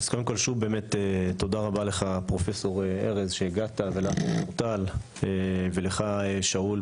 באמת תודה רבה לך פרופ' ארז שהגעת ולך אורטל ולך שאול,